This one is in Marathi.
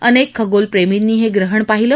अनेक खगोलप्रेमींनी हे ग्रहण पाहिलं